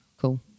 Cool